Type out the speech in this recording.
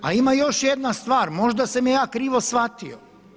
A ima još jedna stvar, možda sam je ja krivo shvatio?